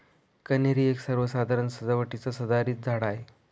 कन्हेरी एक सर्वसाधारण सजावटीचं सदाहरित झाड आहे